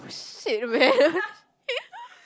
shit man